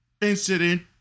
incident